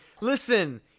listen